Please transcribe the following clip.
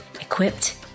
equipped